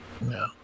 No